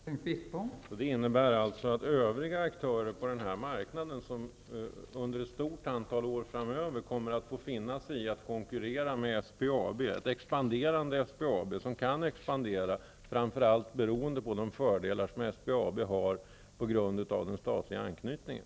Fru talman! Det innebär alltså att övriga aktörer på den här marknaden under ett stort antal år framöver kommer att få finna sig i att konkurrera med ett expanderande SPAB, som kan expandera framför allt beroende på de fördelar som SPAB har på grund av den statliga anknytningen.